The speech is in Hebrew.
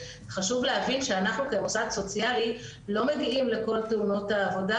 חשוב להבין שאנחנו כמוסד סוציאלי לא מגיעים לכל תאונות העבודה,